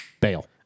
bail